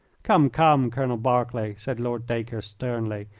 come, come, colonel berkeley, said lord dacre, sternly,